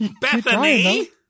Bethany